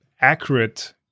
accurate